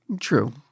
True